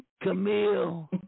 Camille